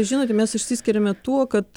žinote mes išsiskiriame tuo kad